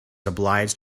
obliged